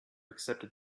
accepted